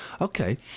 Okay